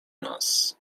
nas